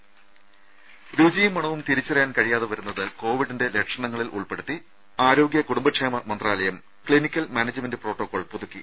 രുര രുചിയും മണവും തിരിച്ചറിയാൻ കഴിയാതെ വരുന്നത് കോവിഡിന്റെ ലക്ഷണങ്ങളിൽ ഉൾപ്പെടുത്തി ആരോഗ്യ കുടുംബ ക്ഷേമ മന്ത്രാലയം ക്ലിനിക്കൽ മാനേജ്മെന്റ് പ്രോട്ടോകോൾ പുതുക്കി